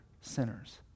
sinners